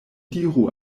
diru